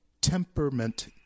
temperament